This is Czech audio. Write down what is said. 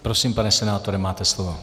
Prosím, pane senátore, máte slovo.